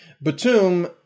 Batum